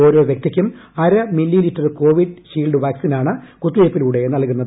ഓരോ വൃക്തിക്കും അര മില്ലിലിറ്റർ കോവീഷീൽഡ് വാക്സിനാണ് കുത്തിവയ്പ്പിലൂടെ നൽകുന്നത്